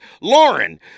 Lauren